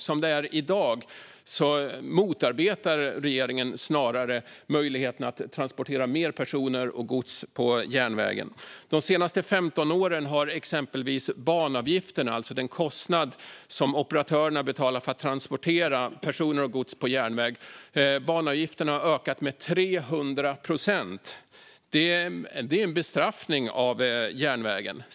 Som det är i dag motarbetar regeringen snarare möjligheterna att transportera fler personer och mer gods på järnvägen. De senaste 15 åren har exempelvis banavgifterna - alltså den kostnad som operatörerna betalar för att transportera personer och gods på järnväg - ökat med 300 procent. Detta är en bestraffning av järnvägen.